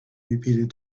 repeated